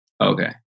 Okay